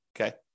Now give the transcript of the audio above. Okay